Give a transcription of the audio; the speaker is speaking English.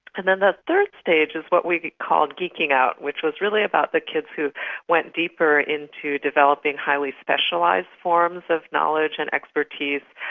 and then the third stage is what we called geeking out, which was really about the kids who went deeper into developing highly specialised forms of knowledge and expertise,